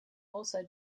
also